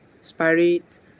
spirit